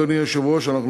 אדוני היושב-ראש,